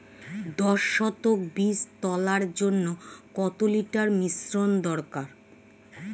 দশ শতক বীজ তলার জন্য কত লিটার মিশ্রন দরকার?